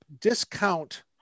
discount